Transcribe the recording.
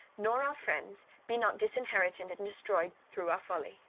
nor our friends, be not disinherited and destroyed through our folly.